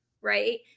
Right